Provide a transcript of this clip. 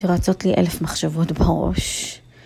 ‫שרצות לי אלף מחשבות בראש.